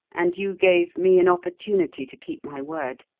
and you gave me an opportunity to keep my word.